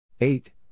eight